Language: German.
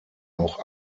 auch